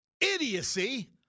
idiocy